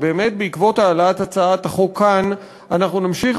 שבאמת בעקבות העלאת הצעת החוק כאן אנחנו נמשיך